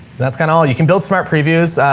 that's kind of all you can build. smart previews.